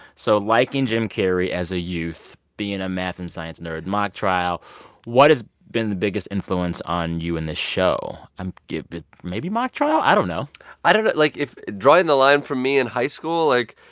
so liking jim carrey as a youth, being a math and science nerd mock trial what has been the biggest influence on you and this show? i'm but maybe mock trial. i don't know i don't know. like, if drawing the line from me in high school, like,